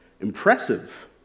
Impressive